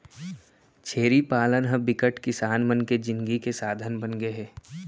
छेरी पालन ह बिकट किसान मन के जिनगी के साधन बनगे हे